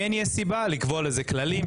אבל צריך לקבוע לזה כללים,